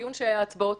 הדיון שיהיו בו הצבעות.